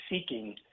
seeking